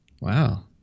Wow